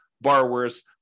borrowers